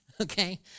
Okay